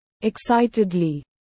Excitedly